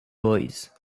boys